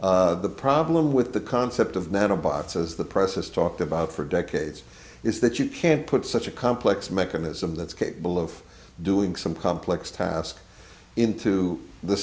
the problem with the concept of metal bots as the press has talked about for decades is that you can't put such a complex mechanism that's capable of doing some complex tasks into the